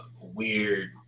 weird